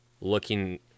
looking